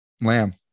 Lamb